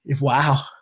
Wow